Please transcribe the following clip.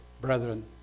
brethren